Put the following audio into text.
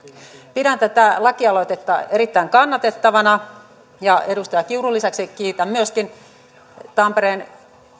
pidän tätä lakialoitetta erittäin kannatettavana ja edustaja kiurun lisäksi kiitän myöskin tampereen